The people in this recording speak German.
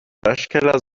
waschkeller